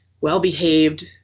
well-behaved